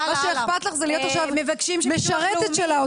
מה שאכפת לך זה להיות עכשיו משרתת של האוצר.